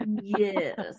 Yes